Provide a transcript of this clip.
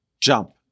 jump